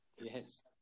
yes